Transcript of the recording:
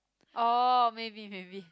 orh maybe maybe